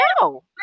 No